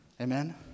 Amen